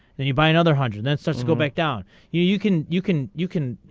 and you buy another hundred that so says go back down you you can you can you can.